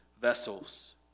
vessels